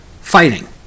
fighting